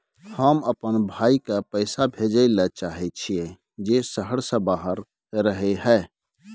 हम अपन भाई के पैसा भेजय ले चाहय छियै जे शहर से बाहर रहय हय